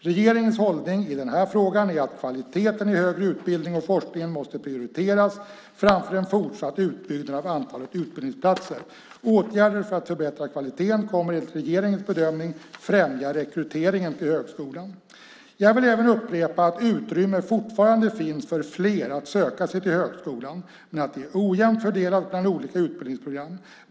Regeringens hållning i den här frågan är att kvaliteten i högre utbildning och forskning måste prioriteras framför en fortsatt utbyggnad av antalet utbildningsplatser. Åtgärder för att förbättra kvaliteten kommer enligt regeringens bedömning att främja rekryteringen till högskolan. Jag vill även upprepa att utrymme fortfarande finns för fler att söka sig till högskolan, men att det är ojämnt fördelat mellan olika utbildningsprogram.